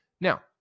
Now